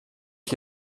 ich